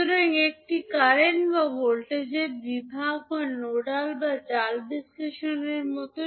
সুতরাং এটি কারেন্ট বা ভোল্টেজ বিভাগ বা নোডাল বা জাল বিশ্লেষণের মতো